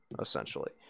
essentially